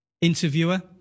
interviewer